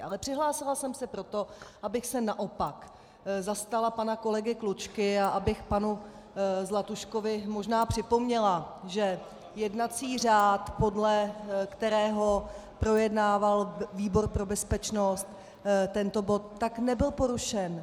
Ale přihlásila jsem se proto, abych se naopak zastala pana kolegy Klučky a abych panu Zlatuškovi možná připomněla, že jednací řád, podle kterého projednával výbor pro bezpečnost tento bod, nebyl porušen.